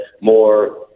more